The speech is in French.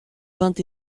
vingt